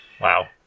Wow